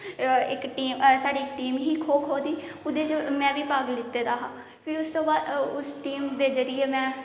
इक टीम साढ़ी इक टीम ही खो खो दी ओह्दे च में भाग लेता दा हा फ्ही उस तू बाद उस टीम दे जरिये में